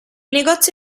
negozi